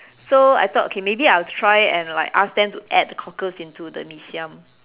so I thought okay maybe I'll try and like ask them to add cockles into the mee siam